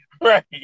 Right